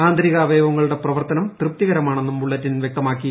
ആന്തരികാവയവങ്ങളുടെ പ്രവർത്തനം തൃപ്തികരമാണെന്നും ബുള്ളറ്റിൻ വ്യക്തമാക്കി